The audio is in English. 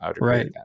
Right